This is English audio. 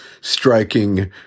striking